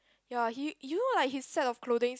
ya he you know like his set of clothings